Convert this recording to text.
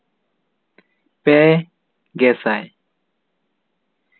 ᱯᱮ ᱜᱮᱥᱟᱭ